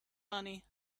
money